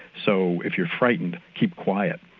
so if you're frightened, keep quiet.